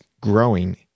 growing